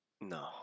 No